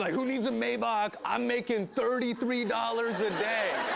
like who needs a maybach? i'm making thirty three dollars a day.